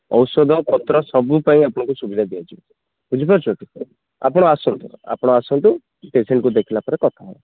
ଔଷଧପତ୍ର ସବୁ ପାଇଁ ଆପଣଙ୍କୁ ସୁବିଧା ଦିଆଯିବ ବୁଝିପାରୁଛନ୍ତି ଆପଣ ଆସନ୍ତୁ ଆପଣ ଆସନ୍ତୁ ପେସେଣ୍ଟକୁ ଦେଖିଲା ପରେ କଥା ହେବା